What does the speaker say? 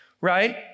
right